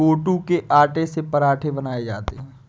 कूटू के आटे से पराठे बनाये जाते है